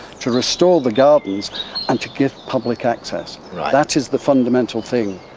to restore the gardens and to give public access that is the fundamental thing.